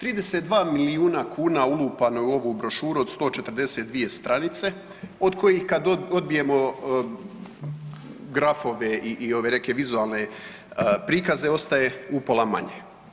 32 milijuna kuna je ulupano u ovu brošuru od 142 stranice od kojih kad odbijemo grafove i ove neke vizualne prikaze ostaje u pola manje.